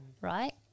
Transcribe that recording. right